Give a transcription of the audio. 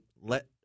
let